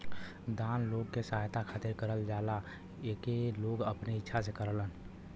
दान लोग के सहायता खातिर करल जाला एके लोग अपने इच्छा से करेलन